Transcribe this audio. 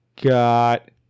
got